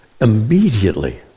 Immediately